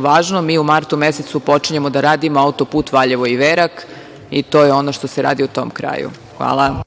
važno, mi u martu mesecu počinjemo da radimo auto-put Valjevo-Iverak i to je ono što se radi u tom kraju. Hvala.